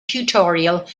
tutorial